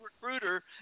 recruiter